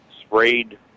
sprayed